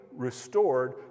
restored